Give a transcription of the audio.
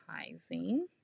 advertising